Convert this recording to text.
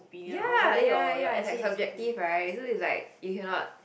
ya ya ya it's like subjective right you cannot